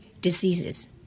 diseases